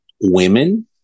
women